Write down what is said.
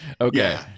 Okay